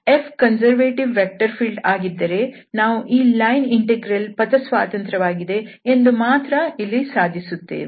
Fಕನ್ಸರ್ವೇಟಿವ್ vector field ಆಗಿದ್ದರೆ ನಾವು ಈ ಲೈನ್ ಇಂಟೆಗ್ರಲ್ ಪಥ ಸ್ವತಂತ್ರವಾಗಿದೆ ಎಂದು ಮಾತ್ರ ಇಲ್ಲಿ ಸಾಧಿಸುತ್ತೇವೆ